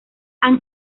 han